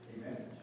Amen